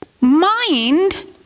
mind